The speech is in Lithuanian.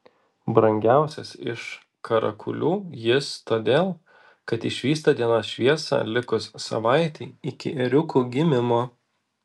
brangiausias iš karakulių jis todėl kad išvysta dienos šviesą likus savaitei iki ėriuko gimimo